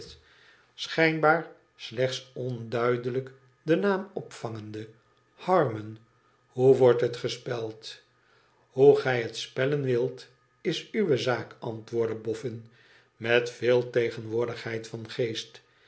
schijnbaar slechts onduidelijk den naam opvangende harmon hoe wordt het gespeld hoe gij het spellen wilt is uwe zaak antwoordde boffin met veel tegenwoordigheid van geest